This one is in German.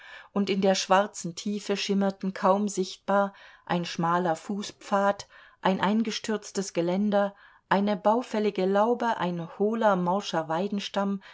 und in der schwarzen tiefe schimmerten kaum sichtbar ein schmaler fußpfad ein eingestürztes geländer eine baufällige laube ein hohler